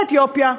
באתיופיה.